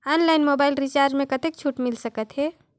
Online mobile recharge मे कतेक छूट मिल सकत हे?